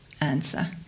answer